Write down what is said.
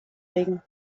legen